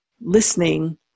listening